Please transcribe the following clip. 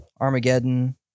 Armageddon